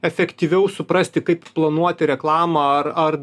efektyviau suprasti kaip planuoti reklamą ar ar